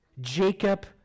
Jacob